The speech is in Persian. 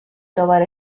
دوباره